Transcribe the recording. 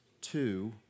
Two